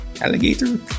alligator